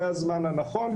זה הזמן הנכון,